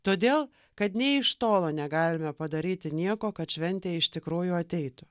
todėl kad nė iš tolo negalime padaryti nieko kad šventė iš tikrųjų ateitų